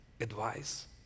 advice